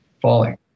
falling